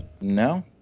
No